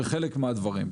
בחלק מהדברים,